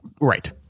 right